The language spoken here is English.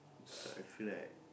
I feel like